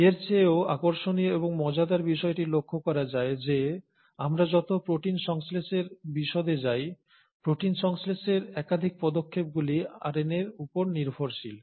এর চেয়েও আকর্ষণীয় এবং মজাদার বিষয়টি লক্ষ্য করা যায় যে আমরা যত প্রোটিন সংশ্লেষের বিশদে যাই প্রোটিন সংশ্লেষের একাধিক পদক্ষেপগুলি আরএনএর উপর নির্ভরশীল